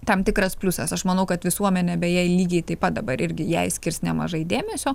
tam tikras pliusas aš manau kad visuomenė beje lygiai taip pat dabar irgi jai skirs nemažai dėmesio